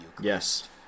Yes